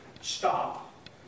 Stop